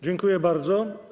Dziękuję bardzo.